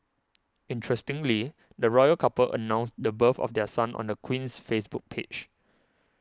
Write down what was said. interestingly the royal couple announced the birth of their son on the Queen's Facebook page